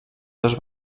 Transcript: dos